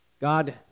God